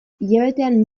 hilabetean